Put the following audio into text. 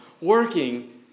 working